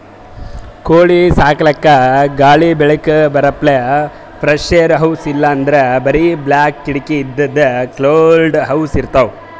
ಕೋಳಿ ಸಾಕಲಕ್ಕ್ ಗಾಳಿ ಬೆಳಕ್ ಬರಪ್ಲೆ ಫ್ರೆಶ್ಏರ್ ಹೌಸ್ ಇಲ್ಲಂದ್ರ್ ಬರಿ ಬಾಕ್ಲ್ ಕಿಡಕಿ ಇದ್ದಿದ್ ಕ್ಲೋಸ್ಡ್ ಹೌಸ್ ಇರ್ತವ್